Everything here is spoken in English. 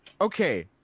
Okay